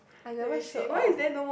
I never sort of